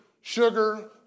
sugar